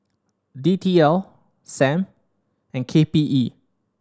D T L Sam and K P E